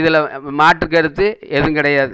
இதில் மாற்று கருத்து எதுவும் கிடையாது